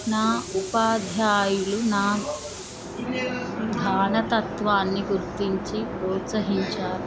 నా ఉపాధ్యాయులు నా గాన తత్వాన్ని గుర్తించి ప్రోత్సహించారు